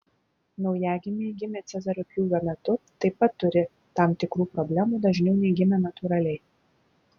naujagimiai gimę cezario pjūvio metu taip pat turi tam tikrų problemų dažniau nei gimę natūraliai